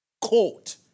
court